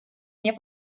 nie